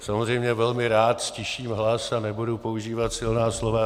Samozřejmě velmi rád ztiším hlas a nebudu používat silná slova.